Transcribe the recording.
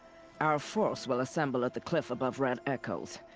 our force will assemble at the cliff above red echoes.